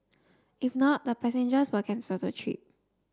if not the passengers will cancel the trip